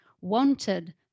wanted